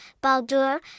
Baldur